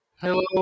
Hello